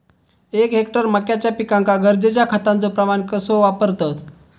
एक हेक्टर मक्याच्या पिकांका गरजेच्या खतांचो प्रमाण कसो वापरतत?